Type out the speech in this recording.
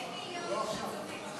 אין מיליון איש שצופים, לא עכשיו.